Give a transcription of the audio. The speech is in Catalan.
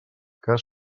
cas